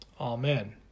Amen